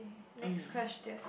next question